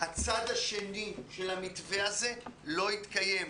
הצד השני של המתווה הזה לא יתקיים.